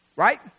right